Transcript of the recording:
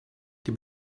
die